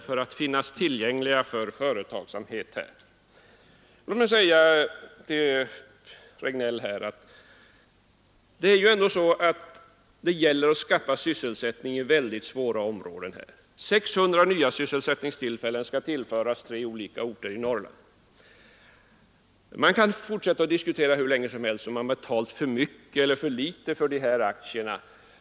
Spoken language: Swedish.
Låt mig få säga till herr Regnéll att det här gäller att skaffa sysselsättning i väldigt svåra områden. 600 nya sysselsättningstillfällen skall tillföras tre olika orter i Norrland. Man kan fortsätta att diskutera hur länge som helst om det betalts för mycket eller för litet för de här aktierna.